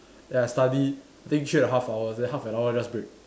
then I study think three and a half hours then half an hour just break